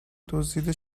دزدیده